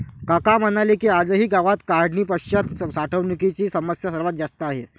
काका म्हणाले की, आजही गावात काढणीपश्चात साठवणुकीची समस्या सर्वात जास्त आहे